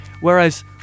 Whereas